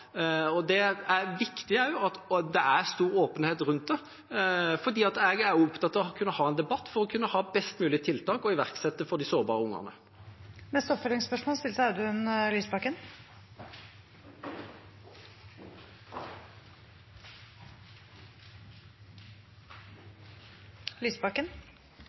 Det er også viktig at det er stor åpenhet rundt det, for jeg er opptatt av å kunne ha en debatt for å kunne ha best mulige tiltak å iverksette for de sårbare ungene. Audun Lysbakken – til oppfølgingsspørsmål.